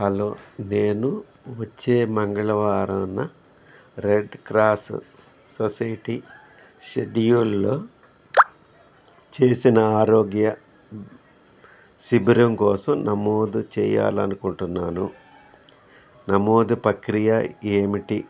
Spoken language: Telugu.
హలో నేను వచ్చే మంగళవారాన రెడ్ క్రాస్ సొసైటీ షెడ్యూల్లో చేసిన ఆరోగ్య శిబిరం కోసం నమోదు చేయాలి అనుకుంటున్నాను నమోదు పక్రియ ఏమిటి